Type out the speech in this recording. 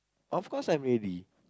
of course I'm ready